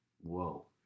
Whoa